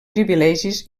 privilegis